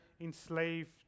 enslaved